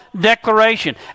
declaration